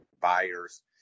buyers